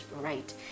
right